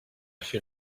fait